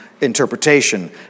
interpretation